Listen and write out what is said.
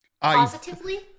Positively